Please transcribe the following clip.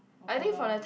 okay lor